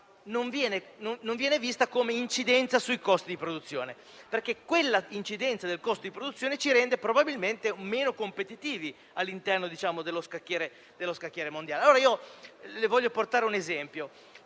non viene vista come un'incidenza sui costi di produzione, perché tale incidenza ci rende probabilmente meno competitivi all'interno dello scacchiere mondiale.